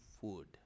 food